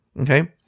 Okay